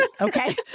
Okay